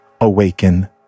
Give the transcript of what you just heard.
awaken